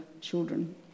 children